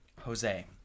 Jose